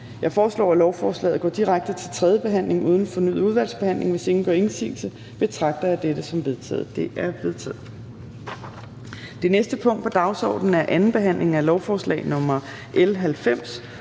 Jeg foreslår, at lovforslaget går direkte til tredje behandling uden fornyet udvalgsbehandling. Hvis ingen gør indsigelse, betragter jeg dette som vedtaget. Det er vedtaget. --- Det næste punkt på dagsordenen er: 15) 2. behandling af lovforslag nr. L